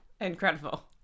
Incredible